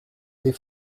des